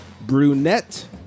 brunette